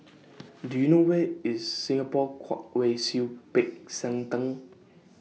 Do YOU know Where IS Singapore Kwong Wai Siew Peck San Theng